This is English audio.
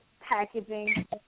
packaging